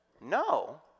no